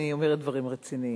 אני אומרת דברים רציניים.